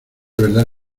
verdad